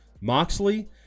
Moxley